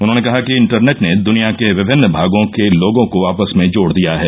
उन्होंने कहा कि इंटरनेट ने दनिया के विभिन्न भागों के लोगों को आपस में जोड दिया है